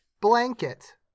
Blanket